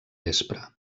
vespre